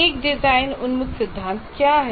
एक डिजाइन उन्मुख सिद्धांत क्या है